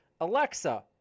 Alexa